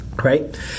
right